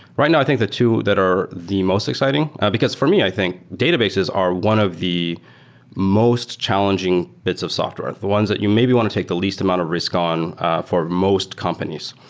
right now i think the two that are the most exciting because, for me, i think databases are one of the most challenging bits of software. the ones that you maybe want to take the least amount of risk on for most companies.